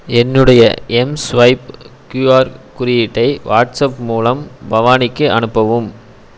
என்னுடைய Mswipe QR குறியீட்டை WhatsApp மூலம் பவானிக்கு அனுப்பவும்